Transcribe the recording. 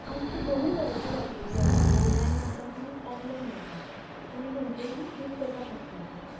आमचे दोनी तरेचे फॅसिलिटी आसा ऑनलायन आसा आनी ऑफलायन आसा तुमी खंयचीय चूज करपाक शकता तशें